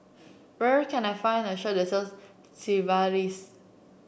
where can I find a sells Sigvaris